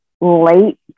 late